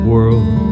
World